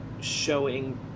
showing